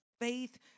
faith